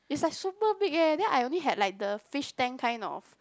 is like super big eh then I only had like the fish tank kind of